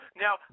Now